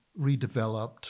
redeveloped